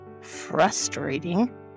frustrating